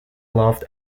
loved